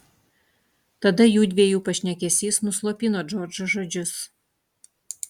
tada jųdviejų pašnekesys nuslopino džordžo žodžius